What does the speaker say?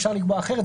אפשר לקבוע אחרת,